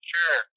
Sure